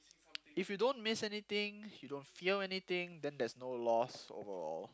if you don't miss anything you don't feel anything then there's no loss overall